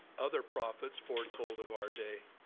other prophets foretold of our day.